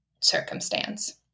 circumstance